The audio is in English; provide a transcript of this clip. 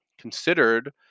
considered